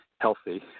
healthy